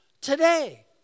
today